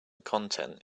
content